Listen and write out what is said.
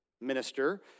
minister